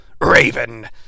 Raven